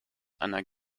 einer